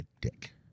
dick